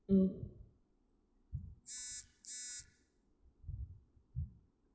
mm